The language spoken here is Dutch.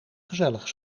gezellig